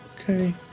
Okay